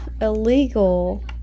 illegal